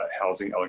housing